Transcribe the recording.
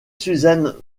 suzanne